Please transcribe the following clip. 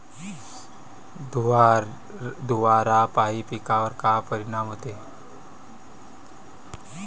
धुवारापाई पिकावर का परीनाम होते?